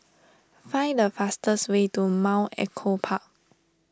find the fastest way to Mount Echo Park